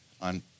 on